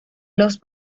los